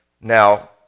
Now